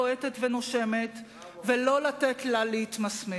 בועטת ונושמת ולא לתת לה להתמסמס.